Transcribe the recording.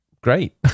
great